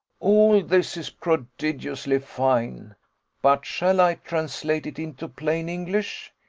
all this is prodigiously fine but shall i translate it into plain english?